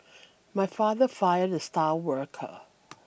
my father fired the star worker